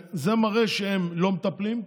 זה מראה שהם לא מטפלים.